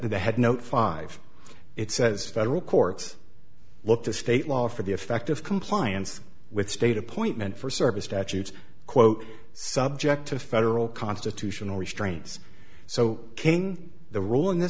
the head no five it says federal courts look to state law for the effect of compliance with state appointment for service statutes quote subject to federal constitutional restraints so king the rule in th